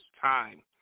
time